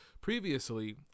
Previously